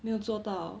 没有做到